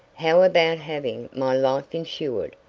how about having my life insured?